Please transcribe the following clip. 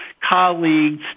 colleagues